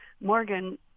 Morgan